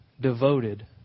devoted